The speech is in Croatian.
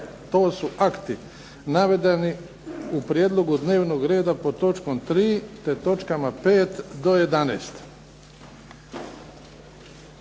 To su akti navedeni u prijedlogu dnevnog reda pod točkom 3.,